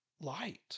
light